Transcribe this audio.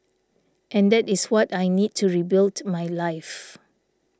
and that is what I need to rebuild my life